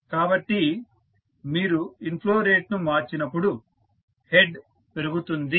కాబట్టి మీరు ఇన్ఫ్లో రేటును మార్చినప్పుడు హెడ్ పెరుగుతుంది